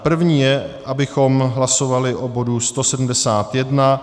První je, abychom hlasovali o bodu 171.